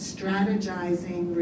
Strategizing